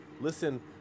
Listen